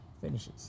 finishes